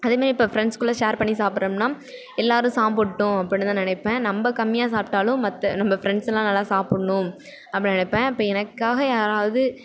அதேமாரி இப்போ ஃப்ரெண்ட்ஸ்குள்ளெ ஷேர் பண்ணி சாப்பிடறம்ன்னா எல்லோரும் சாப்புடட்டும் அப்புடின்னுதான் நினைப்பேன் நம்ப கம்மியாக சாப்பிட்டாலும் மற்ற நம்ப ஃப்ரெண்ட்ஸெலாம் நல்லா சாப்பிட்ணும் அப்படின்னு நினைப்பேன் இப்போ எனக்காக யாராவது